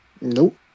Nope